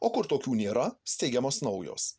o kur tokių nėra steigiamos naujos